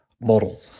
model